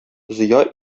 зыя